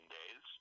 days